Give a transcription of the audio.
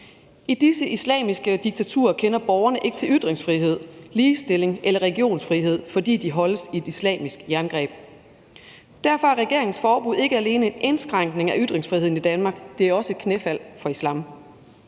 I disse islamiske diktaturer kender borgerne ikke til ytringsfrihed, ligestilling eller religionsfrihed, fordi de holdes i et islamisk jerngreb. Derfor er regeringens forbud ikke alene en indskrænkning af ytringsfriheden i Danmark, det er også et knæfald for islam.